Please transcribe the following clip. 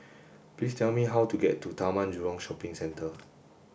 please tell me how to get to Taman Jurong Shopping Centre